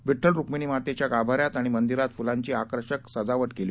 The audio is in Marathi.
विठ्ठल रूक्मिणीमातेच्या गाभाऱ्यात आणि मंदिरात फुलाची आकर्षक सजावट करण्यात आली